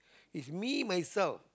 it's me myself